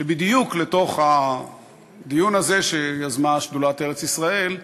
שבדיוק לתוך הדיון הזה, שיזמה שדולת ארץ-ישראל,